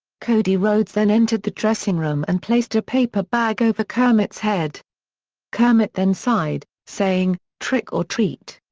cody rhodes then entered the dressing room and placed a paper bag over kermit's head kermit then sighed, saying, trick or treat.